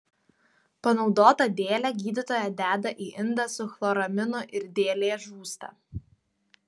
panaudotą dėlę gydytoja deda į indą su chloraminu ir dėlė žūsta